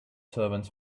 servants